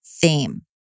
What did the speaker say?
theme